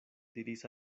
diris